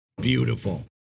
Beautiful